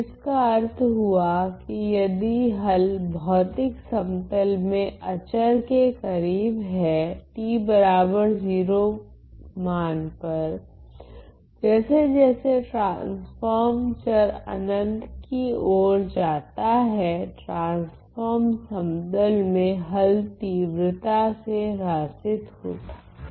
तो इसका अर्थ हुआ की यदि हल भौतिक समतल में अचर के करीब है t0 मान पर जैसे जैसे ट्रांसफोर्म चर अनंत की ओर जाता है ट्रांसफोर्म समतल में हल तीव्रता से ह्र्सीत होता जाता हैं